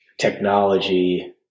technology